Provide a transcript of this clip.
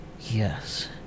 Yes